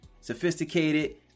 sophisticated